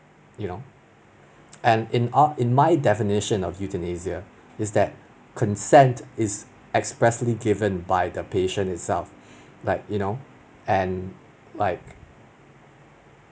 you know and in our in my definition of euthanasia is that consent is expressly given by the patient itself like you know and like